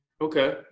Okay